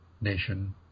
nation